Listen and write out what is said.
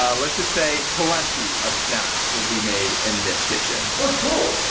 let's just say, plenty of snacks will be made in this kitchen. oh cool,